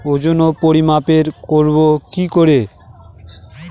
ওজন ও পরিমাপ করব কি করে?